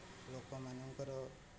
ଲୋକମାନଙ୍କର